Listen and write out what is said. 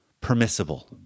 permissible